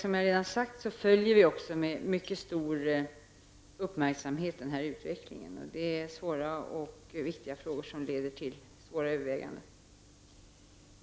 Som jag redan har sagt följer regeringen denna utveckling med mycket stor uppmärksamhet. Det är svåra och viktiga frågor som leder till svåra överväganden.